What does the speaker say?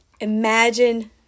Imagine